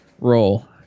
Roll